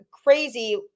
crazy